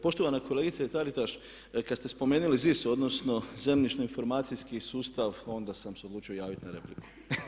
Poštovana kolegice Taritaš kada ste spomenuli ZIS, odnosno zemljišno informacijski sustav, onda sam se odlučio javiti na repliku.